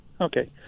okay